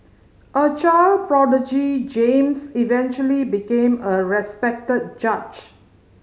a child prodigy James eventually became a respected judge